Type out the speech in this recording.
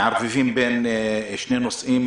מערבבים בין שני נושאים,